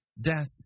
Death